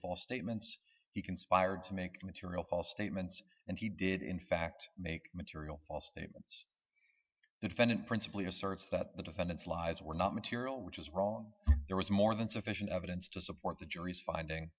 false statements you conspired to make material false statements and he did in fact make material false statements the defendant principally asserts that the defendant's lies were not material which is wrong there was more than sufficient evidence to support the jury's finding